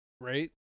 right